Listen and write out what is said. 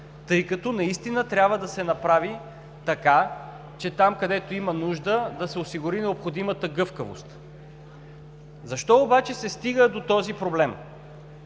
тъй като наистина трябва да се направи така, че там, където има нужда, да се осигури необходимата гъвкавост. Защо обаче се стига до този проблем?